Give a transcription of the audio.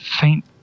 faint